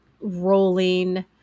rolling